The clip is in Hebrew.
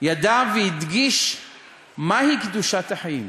ידע והדגיש מהי קדושת החיים.